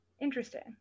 interesting